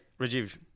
Rajiv